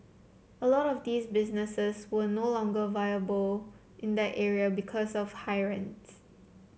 a lot of these businesses were no longer viable in that area because of high rents